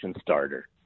starter